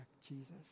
Jesus